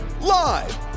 Live